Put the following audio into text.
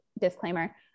disclaimer